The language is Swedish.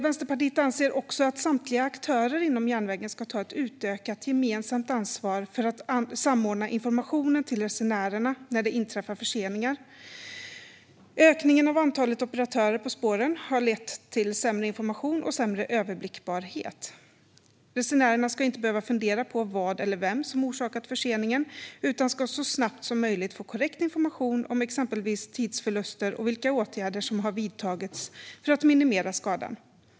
Vänsterpartiet anser också att samtliga aktörer inom järnvägen ska ta ett utökat gemensamt ansvar för att samordna informationen till resenärerna när det inträffar förseningar. Ökningen av antalet operatörer på spåren har lett till sämre information och sämre överblickbarhet. Resenärerna ska inte behöva fundera på vad eller vem som orsakat förseningen utan ska så snabbt som möjligt få korrekt information om exempelvis tidsförluster och vilka åtgärder som har vidtagits för att minimera skadan.